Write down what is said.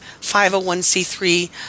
501c3